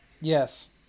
Yes